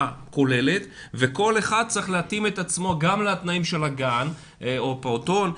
כוללת וכל אחד צריך להתאים את עצמו גם לתנאים של הגן או הפעוטון,